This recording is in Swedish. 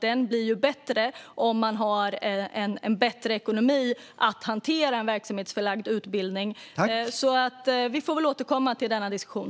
Den blir ju bättre om man har en bättre ekonomi för att hantera en verksamhetsförlagd utbildning. Vi får väl återkomma till denna diskussion.